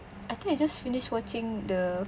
I think I just finished watching the